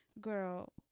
girl